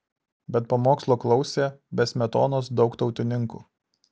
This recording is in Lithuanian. bet pamokslo klausė be smetonos daug tautininkų